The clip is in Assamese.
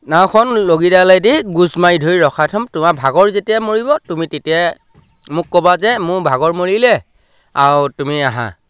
নাওখন লগিডালে দি গোজ মাৰি ধৰি ৰখাই থ'ম তোমাৰ ভাগৰ যেতিয়াই মৰিব তুমি তেতিয়াই মোক ক'বা যে মোৰ ভাগৰ মৰিলে আৰু তুমি আহা